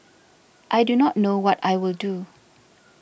I do not know what I will do